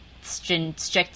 strict